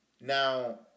Now